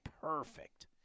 perfect